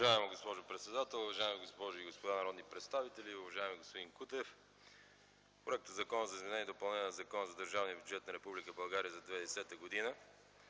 Уважаема госпожо председател, уважаеми госпожи и господа народни представители, уважаеми господин Кутев! Законопроектът за изменение и допълнение на Закона за държавния бюджет на Република България за 2010 г.,